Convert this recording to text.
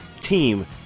team